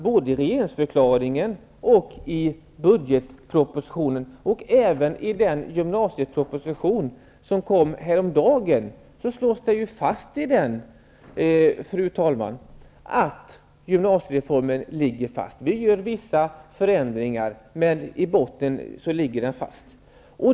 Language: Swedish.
Både i regeringsförklaringen och i budgetpropositionen och även i den gymnasieproposition som kom häromdagen slås det, fru talman, fast att gymnasiereformen ligger fast. Vi gör vissa förändringar, men i botten ligger den fast.